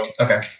Okay